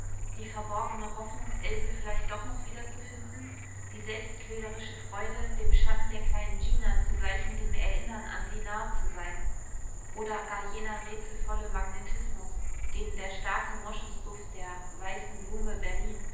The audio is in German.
die verborgene hoffnung else vielleicht doch noch wiederzufinden die selbstquälerische freude dem schatten der kleinen gina zugleich mit dem erinnern an sie nahe zu sein oder gar jener rätselvolle magnetismus den der starke moschusduft der weißen blume berlin